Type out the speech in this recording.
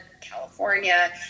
California